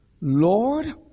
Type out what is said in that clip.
Lord